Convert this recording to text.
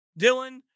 Dylan